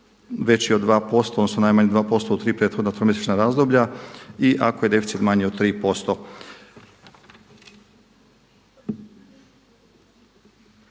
veći od 2% odnosno najmanje 2% u tri prethodna tromjesečna razdoblja i ako je deficit manji od 3%.